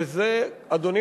וזה, אדוני